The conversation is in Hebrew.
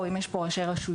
אם יש פה ראשי רשויות,